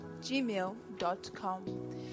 gmail.com